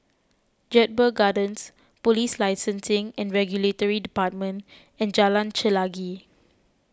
Jedburgh Gardens Police Licensing and Regulatory Department and Jalan Chelagi